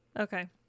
Okay